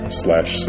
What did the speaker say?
slash